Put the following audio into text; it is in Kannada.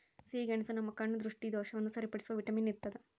ಸಿಹಿಗೆಣಸು ನಮ್ಮ ಕಣ್ಣ ದೃಷ್ಟಿದೋಷವನ್ನು ಸರಿಪಡಿಸುವ ವಿಟಮಿನ್ ಇರ್ತಾದ